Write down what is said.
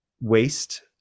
waste